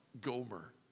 Gomer